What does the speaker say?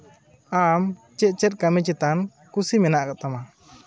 ᱟᱢ ᱪᱮᱫ ᱪᱮᱫ ᱠᱟᱹᱢᱤ ᱪᱮᱛᱟᱱ ᱠᱩᱥᱤ ᱢᱮᱱᱟᱜ ᱠᱟᱜ ᱛᱟᱢᱟ